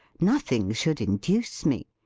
nothing should induce me.